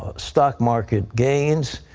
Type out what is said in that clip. stock market gains.